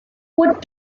what